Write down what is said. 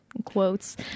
quotes